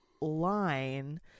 line